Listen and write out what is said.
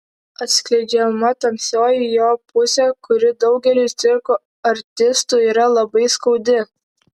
atskleidžiama tamsioji jo pusė kuri daugeliui cirko artistų yra labai skaudi